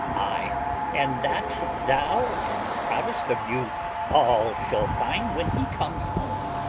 ay and that thou and the proudest of you all shall find when he comes home.